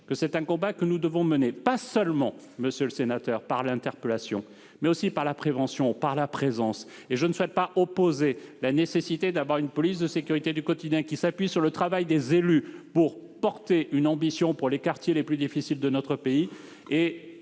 c'est un combat que nous devons mener, pas seulement, monsieur le sénateur, par l'interpellation, mais aussi par la prévention et par la présence policière. Je ne souhaite pas opposer la nécessité d'une police de sécurité du quotidien, qui s'appuie sur le travail des élus pour porter une ambition pour les quartiers les plus difficiles de notre pays,